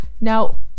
now